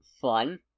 fun